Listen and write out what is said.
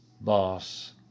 boss